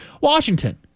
Washington